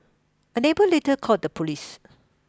a neighbour later called the police